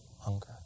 hunger